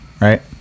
right